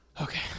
okay